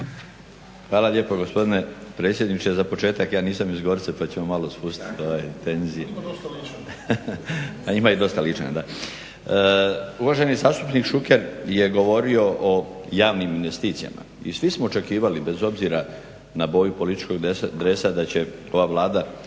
Hvala lijepo gospodine predsjedniče. Za početak ja nisam iz Gorice pa ćemo malo spustiti tenzije. …/Upadica Šuker, ne čuje se./… A ima i dosta Ličana, da. Uvaženi zastupnik Šuker je govorio o javnim investicijama i svi smo očekivali bez obzira na boju političkog dresa da će ova Vlada